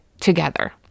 together